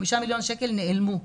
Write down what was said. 5 מיליון שקל נעלמו,